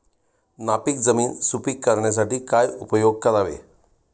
नापीक जमीन सुपीक करण्यासाठी काय उपयोग करावे?